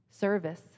service